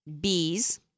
bees